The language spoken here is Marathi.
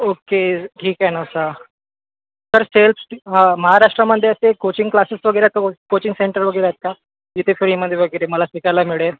ओके ठीक आहे ना सर सर सेल्फ हां महाराष्ट्रामध्ये असे कोचिंग क्लासेस वगैरे आहेत का को कोचिंग सेंटर वगैरे आहेत का जिथे फ्रीमध्ये वगैरे मला शिकायला मिळेल